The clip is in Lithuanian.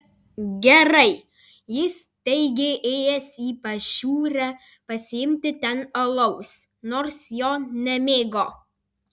gerai jis teigė ėjęs į pašiūrę pasiimti ten alaus nors jo nemėgo